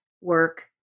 work